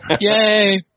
Yay